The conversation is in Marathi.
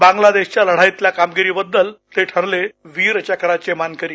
बांगलादेशच्या लढाईतील कामगिरीबद्दल ते ठरले वीरचक्राचे मानकरी